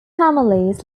families